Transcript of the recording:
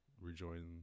rejoin